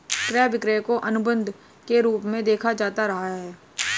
क्रय विक्रय को अनुबन्ध के रूप में देखा जाता रहा है